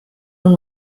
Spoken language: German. und